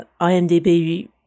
IMDB